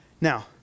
Now